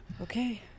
Okay